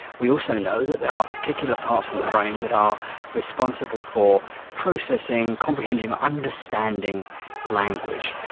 we also know that there are particular parts of the brain that are responsible for processing, comprehending or understanding language.